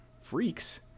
freaks